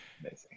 Amazing